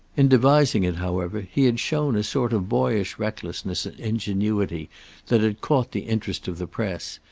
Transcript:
in devising it, however, he had shown a sort of boyish recklessness and ingenuity that had caught the interest of the press,